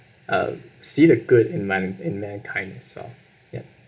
uh see the good in man~ in mankind as well ya